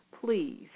please